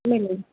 मिले